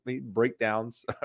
breakdowns